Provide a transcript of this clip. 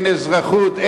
אין אזרחות,